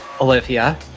Olivia